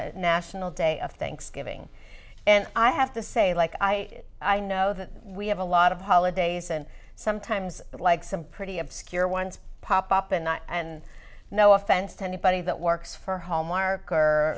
a national day of thanksgiving and i have to say like i did i know that we have a lot of holidays and sometimes like some pretty obscure ones pop up and not and no offense to anybody that works for home